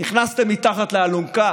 נכנסתם מתחת לאלונקה